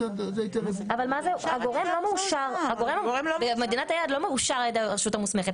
אבל הגורם במדינת היעד לא מאושר על ידי הרשות המוסמכת.